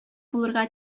булырга